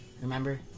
Remember